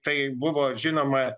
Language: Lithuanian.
tai buvo žinoma